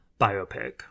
biopic